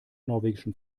norwegischen